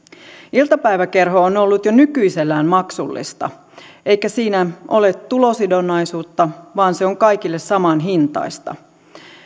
iltapäiväkerho on ollut jo nykyisellään maksullista eikä siinä ole tulosidonnaisuutta vaan se on kaikille samanhintaista